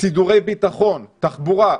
סידורי ביטחון, תחבורה.